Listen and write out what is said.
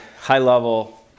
high-level